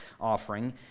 offering